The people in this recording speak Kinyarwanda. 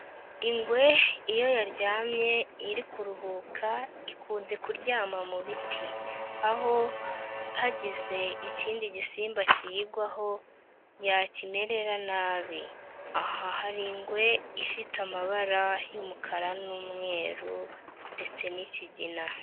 Ingwe iyo yaryamye iri kuruhuka ikunze kuryama mu biti. Aho hagize ikindi gisimba kiyigwaho, yakimerera nabi. Aha hari igwe ifite amabara y'umukara n'umweru ndetse n'ikigina.